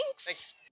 Thanks